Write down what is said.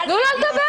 אבל תנו לו לדבר.